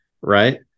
Right